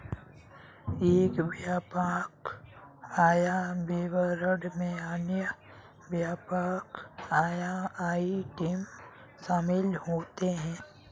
एक व्यापक आय विवरण में अन्य व्यापक आय आइटम शामिल होते हैं